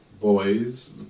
boys